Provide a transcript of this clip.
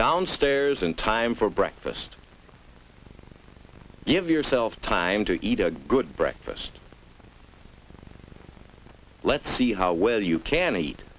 downstairs in time for breakfast give yourself time to eat a good breakfast let's see how well you can eat